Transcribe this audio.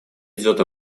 идет